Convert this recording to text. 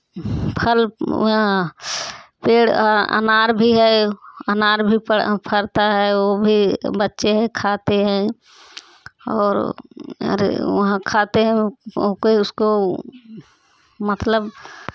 फल में पेड़ अनार भी है अनार भी पर फलता है वह भी बच्चे ही खाते हैं और मेरे वहाँ खाते हम होकर उसको मतलब